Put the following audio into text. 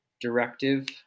directive